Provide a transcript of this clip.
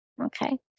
okay